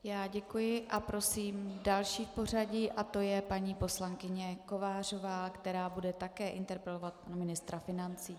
Já děkuji a prosím další v pořadí a to je paní poslankyně Kovářová, která bude také interpelovat pana ministra financí.